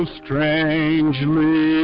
strangely